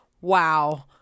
wow